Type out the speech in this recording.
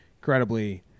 incredibly